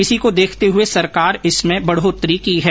इसी को देखते हुए सरकार इसमें बढोतरी की है